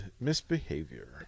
misbehavior